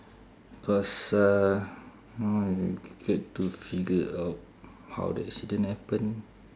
cause uh I get to figure out how the accident happen